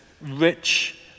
rich